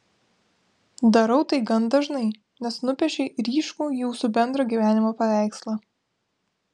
darau tai gan dažnai nes nupiešei ryškų jūsų bendro gyvenimo paveikslą